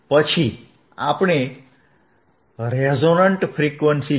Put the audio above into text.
પછી આપણે resonant frequency જોઈએ